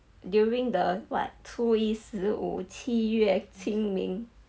during the what 初一十五七月清明